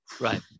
right